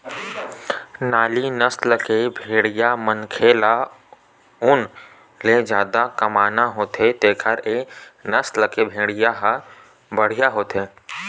नाली नसल के भेड़िया मनखे ल ऊन ले जादा कमाना होथे तेखर ए नसल के भेड़िया ह बड़िहा होथे